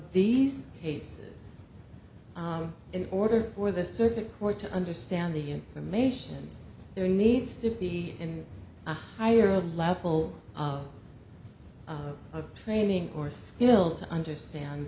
these cases in order for the circuit court to understand the information there needs to be in a higher level of training or skill to understand